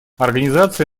организация